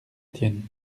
étienne